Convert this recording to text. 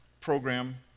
program